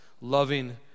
loving